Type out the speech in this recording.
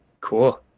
cool